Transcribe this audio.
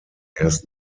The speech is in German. erst